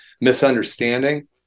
misunderstanding